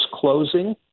closing